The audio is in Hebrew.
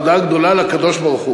בהודאה גדולה לקדוש-ברוך-הוא,